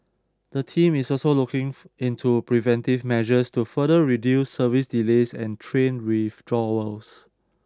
the team is also looking into preventive measures to further reduce service delays and train withdrawals